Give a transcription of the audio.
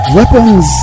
weapons